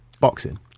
boxing